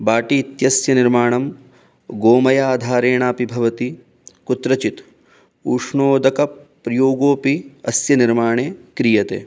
बाटी इत्यस्य निर्माणं गोमयाधारेणापि भवति कुत्रचित् उष्णोदकप्रयोगोपि अस्य निर्माणे क्रियते